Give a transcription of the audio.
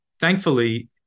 thankfully